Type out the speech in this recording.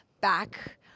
back